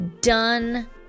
done